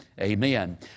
Amen